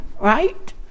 right